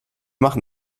machen